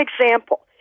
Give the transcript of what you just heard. example